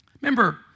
Remember